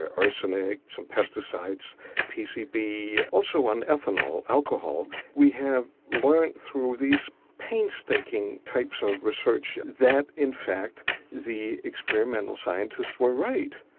arsenic, some pesticides, some pcb also on ethanol, alcohol, we have learned through these painstaking types of research that in fact the experimental scientists were right.